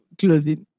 clothing